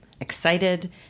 Excited